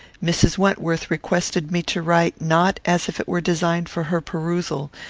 mrs. wentworth requested me to write not as if it were designed for her perusal,